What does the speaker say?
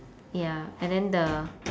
ya and then the